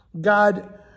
God